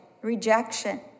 rejection